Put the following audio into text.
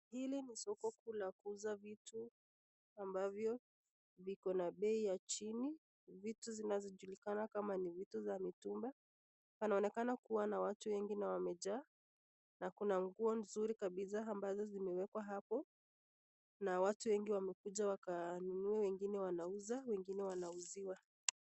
Hili ni soko kuu la kuuza vitu ambavyo viko na bei ya chini, vitu zinazojulikana kama ni vitu za mitumba. Panaonekana kuwa na watu wengi na wamejaa, na kuna nguo nzuri kabisaa ambazo zimewekwa hapo, na watu wengi wamekuja wakanunua, wengine wanauza, wengine wanauziwa.